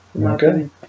Okay